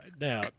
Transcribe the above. Now